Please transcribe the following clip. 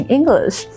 English